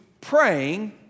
praying